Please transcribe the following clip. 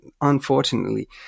unfortunately